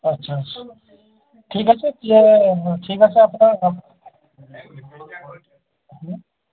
আচ্ছা আচ্ছা ঠিক আছে কী আর ঠিক আছে আপনার